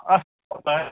असुविधा